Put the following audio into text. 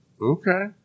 Okay